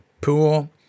pool